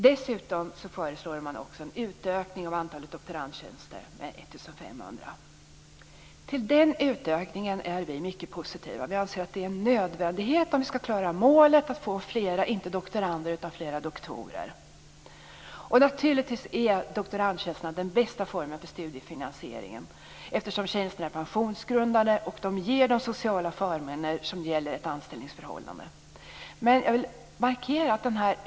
Dessutom föreslår man en utökning av antalet doktorandtjänster med 1 500. Vi är mycket positiva till den utökningen. Vi anser att det är en nödvändighet för att klara målet att få inte fler doktorander men fler doktorer. Naturligtvis är doktorandtjänsterna den bästa formen för studiefinansieringen. Tjänsterna är pensionsgrundande och de ger de sociala förmåner som gäller vid ett anställningsförhållande.